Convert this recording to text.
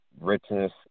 Richness